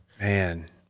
Man